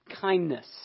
kindness